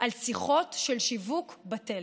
על שיחות של שיווק בטלפון.